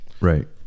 Right